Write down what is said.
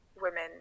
women